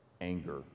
anger